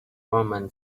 roman